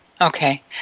Okay